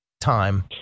time